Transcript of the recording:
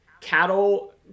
Cattle